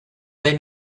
they